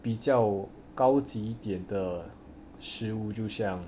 比较高级一点的食物就像